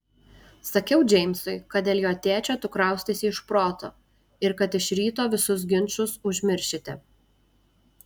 sakiau džeimsui kad dėl jo tėčio tu kraustaisi iš proto ir kad iš ryto visus ginčus užmiršite